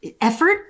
Effort